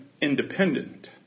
Independent